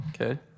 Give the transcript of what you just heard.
Okay